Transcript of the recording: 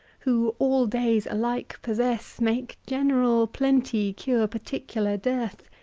who all days alike possess, make g eneral plenty cure particular dearth,